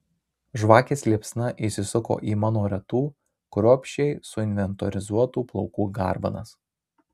žvakės liepsna įsisuko į mano retų kruopščiai suinventorizuotų plaukų garbanas